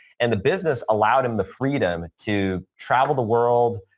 and the business allowed him the freedom to travel the world,